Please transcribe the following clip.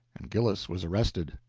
and gillis was arrested.